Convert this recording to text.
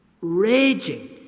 Raging